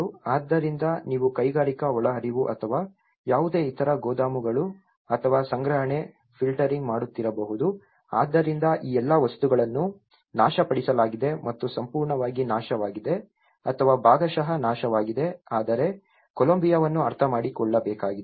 ಆದ್ದರಿಂದ ನೀವು ಕೈಗಾರಿಕಾ ಒಳಹರಿವು ಅಥವಾ ಯಾವುದೇ ಇತರ ಗೋದಾಮುಗಳು ಅಥವಾ ಸಂಗ್ರಹಣೆಯನ್ನು ಫಿಲ್ಟರಿಂಗ್ ಮಾಡುತ್ತಿರಬಹುದು ಆದ್ದರಿಂದ ಈ ಎಲ್ಲಾ ವಸ್ತುಗಳನ್ನು ನಾಶಪಡಿಸಲಾಗಿದೆ ಮತ್ತು ಸಂಪೂರ್ಣವಾಗಿ ನಾಶವಾಗಿದೆ ಅಥವಾ ಭಾಗಶಃ ನಾಶವಾಗಿದೆ ಆದರೆ ಕೊಲಂಬಿಯಾವನ್ನು ಅರ್ಥಮಾಡಿಕೊಳ್ಳಬೇಕಾಗಿದೆ